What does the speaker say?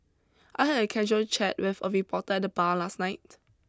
I had a casual chat with a reporter at the bar last night